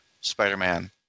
Spider-Man